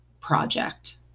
project